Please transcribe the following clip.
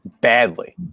badly